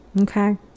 okay